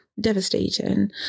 devastating